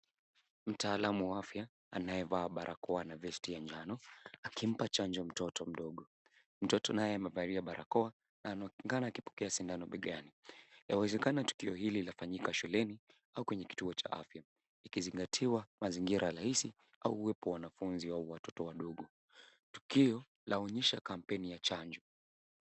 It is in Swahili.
Mtaalamu wa afya, anayevaa barakoa na vesti ya njano, akimpa chanjo mtoto mdogo. Mtoto naye amevalia barakoa na anaonekana akipokea sindano begani. Yawezekana tukio hili lafanyika shuleni au kwenye kituo cha afya, ikizingatiwa mazingira halisi au uwepo wa wanafunzi au watoto wadogo. Tukio, laonyesha kampeni ya chanjo.